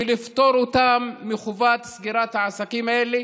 ולפטור אותם מחובת סגירת העסקים האלה,